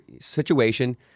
situation